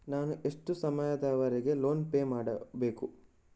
ನಾನು ಎಷ್ಟು ಸಮಯದವರೆಗೆ ಲೋನ್ ಪೇ ಮಾಡಬೇಕು?